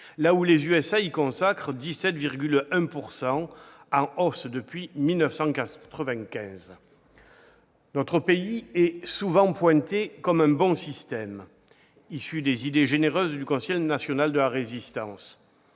là où les États-Unis y consacrent 17,1 %, chiffre en hausse depuis 1995. Notre pays est souvent pointé comme ayant un bon système, issu des idées généreuses du Conseil national de la Résistance.